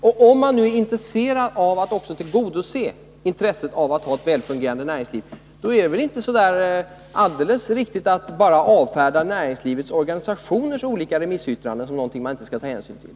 Och om man nu också vill tillgodose intresset av att ha ett väl fungerande näringsliv, är det väl inte så riktigt att bara avfärda näringslivets organisationers olika remissyttranden som någonting man inte skall ta hänsyn till.